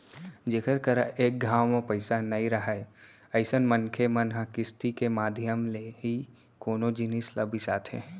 जेखर करा एक घांव म पइसा नइ राहय अइसन मनखे मन ह किस्ती के माधियम ले ही कोनो जिनिस ल बिसाथे